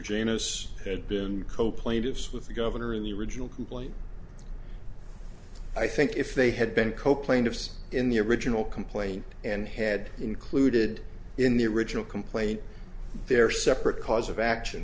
janus had been co plaintiff swith the governor in the original complaint i think if they had been co plaintiff in the original complaint and had included in the original complaint there separate cause of action